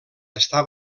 està